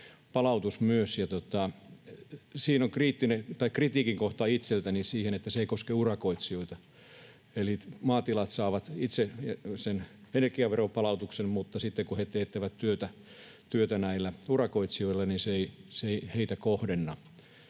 palautus, ja siinä on kritiikin kohta itseltäni siihen, että se ei koske urakoitsijoita. Eli maatilat saavat itse sen energiaveron palautuksen, mutta sitten kun he teettävät työtä näillä urakoitsijoilla, niin se ei näihin kohdennu.